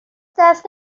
دست